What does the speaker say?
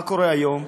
מה קורה היום?